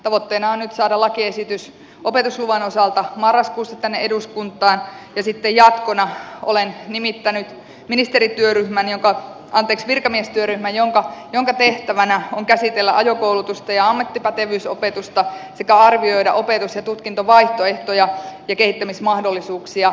tavoitteena on nyt saada lakiesitys opetusluvan osalta marraskuussa tänne eduskuntaan ja sitten jatkona olen nimittänyt virkamiestyöryhmän jonka tehtävänä on käsitellä ajokoulutusta ja ammattipätevyysopetusta sekä arvioida opetus ja tutkintovaihtoehtoja ja kehittämismahdollisuuksia